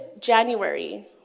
January